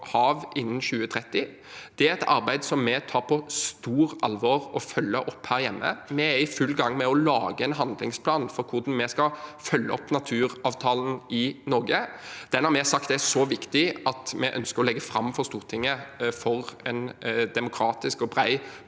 hav innen 2030. Det er et arbeid vi tar på stort alvor og følger opp her hjemme. Vi er i full gang med å lage en handlingsplan for hvordan vi skal følge opp naturavtalen i Norge. Den har vi sagt er så viktig at vi ønsker å legge den fram for Stortinget, for å få en demokratisk og bred